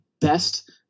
best